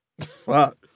Fuck